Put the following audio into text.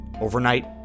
Overnight